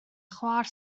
chwaer